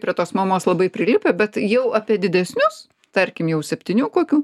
prie tos mamos labai prilipę bet jau apie didesnius tarkim jau septynių kokių